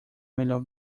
melhor